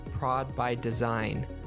prodbydesign